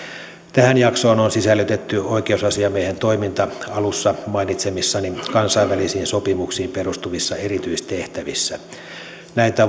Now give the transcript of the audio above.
tähän jaksoon on sisällytetty oikeusasiamiehen toiminta alussa mainitsemissani kansainvälisiin sopimuksiin perustuvissa erityistehtävissä näitä